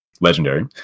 legendary